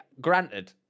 Granted